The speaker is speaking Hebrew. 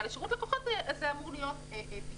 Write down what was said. ועל שירות הלקוחות הזה אמור להיות פיקוח.